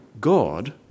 God